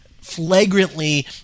flagrantly